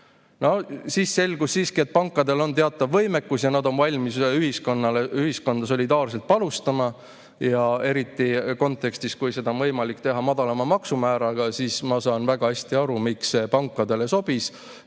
Siis selgus, et pankadel on ikkagi teatav võimekus ja nad on valmis ühiskonda solidaarselt panustama. Kontekstis, kus seda on võimalik teha madalama maksumääraga, ma saan väga hästi aru, miks see pankadele sobis,